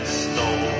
snow